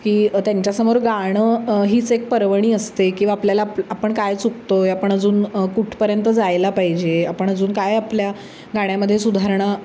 की त्यांच्यासमोर गाणं हीच एक पर्वणी असते किंवा आपल्याला आप आपण काय चुकतो आहे आपण अजून कुठपर्यंत जायला पाहिजे आपण अजून काय आपल्या गाण्यामध्ये सुधारणा